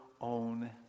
own